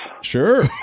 Sure